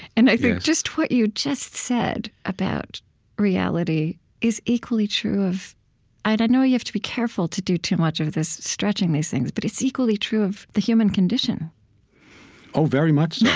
and i think just what you just said about reality is equally true of and i know you have to be careful to do too much of this stretching these things, but it's equally true of the human condition oh, very much yeah